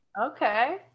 Okay